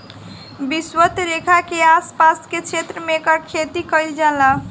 विषवत रेखा के आस पास के क्षेत्र में एकर खेती कईल जाला